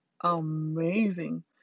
amazing